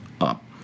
up